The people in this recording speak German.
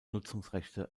nutzungsrechte